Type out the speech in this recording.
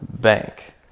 bank